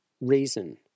reason